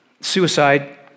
suicide